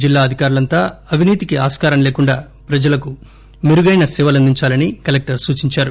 జిల్లా అధికారులంతా అవినీతికి ఆస్కారం లేకుండా ప్రజలకు మెరుగైన సేవలందించాలని కలెక్టర్ సూచించారు